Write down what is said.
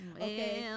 Okay